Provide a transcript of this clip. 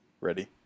Ready